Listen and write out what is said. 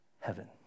heaven